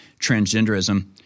transgenderism